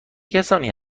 کسانی